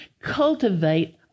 Cultivate